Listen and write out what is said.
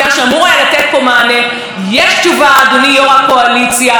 מחר זו יכולה להיות כל אישה אחרת במשפחה שלך ובמשפחה שלי.